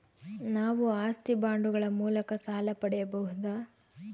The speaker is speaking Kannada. ನಾವು ಆಸ್ತಿ ಬಾಂಡುಗಳ ಮೂಲಕ ಸಾಲ ಪಡೆಯಬಹುದಾ?